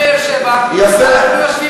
אתה מצפת, אני מבאר-שבע, לא.